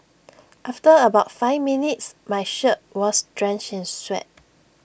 after about five minutes my shirt was drenched in sweat